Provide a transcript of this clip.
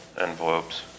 envelopes